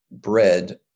bread